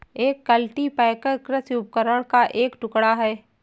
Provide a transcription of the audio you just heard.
एक कल्टीपैकर कृषि उपकरण का एक टुकड़ा है